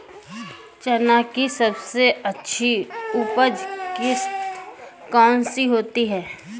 चना की सबसे अच्छी उपज किश्त कौन सी होती है?